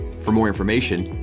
for more information,